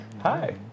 Hi